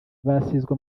basizwe